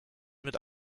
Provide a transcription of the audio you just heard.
mit